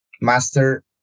master